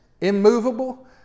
immovable